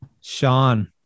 Sean